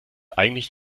eigentlich